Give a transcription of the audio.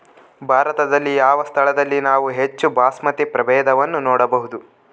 ಭಾರತದಲ್ಲಿ ಯಾವ ಸ್ಥಳದಲ್ಲಿ ನಾವು ಹೆಚ್ಚು ಬಾಸ್ಮತಿ ಪ್ರಭೇದವನ್ನು ನೋಡಬಹುದು?